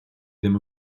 ddim